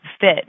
fit